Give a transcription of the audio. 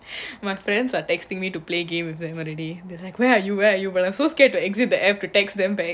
my friends are texting me to play game with them already then like where are you where you but I'm so scared get to exit the ad protects them back so I'm just gonna wait